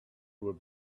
were